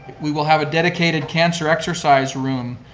we will have a dedicated cancer exercise room,